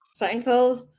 Seinfeld